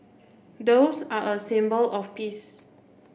doves are a symbol of peace